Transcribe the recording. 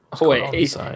wait